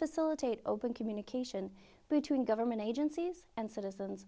facilitate open communication between government agencies and citizens